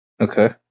Okay